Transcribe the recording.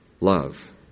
love